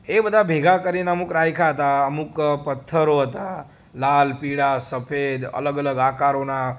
એ બધા ભેગા કરીને અમુક રાખ્યા હતા અમુક પથ્થરો હતા લાલ પીળા સફેદ અલગ અલગ આકારોના